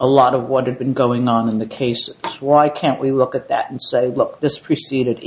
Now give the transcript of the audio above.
a lot of what had been going on in the case why can't we look at that and say look this preceded